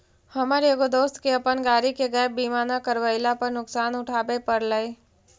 हमर एगो दोस्त के अपन गाड़ी के गैप बीमा न करवयला पर नुकसान उठाबे पड़लई